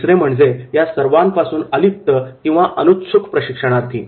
तिसरे म्हणजे या सर्वापासून अलिप्त किंवा अनुत्सुक प्रशिक्षणार्थी